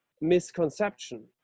misconception